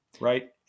right